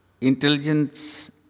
Intelligence